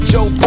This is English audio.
Joe